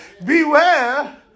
beware